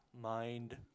mind